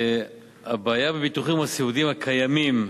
הבעיה בביטוחים הסיעודיים הקיימים,